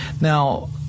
Now